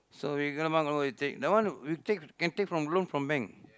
so we going to we take that one we take can take can loan from bank